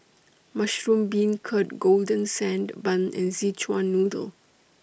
Mushroom Beancurd Golden Sand Bun and Szechuan Noodle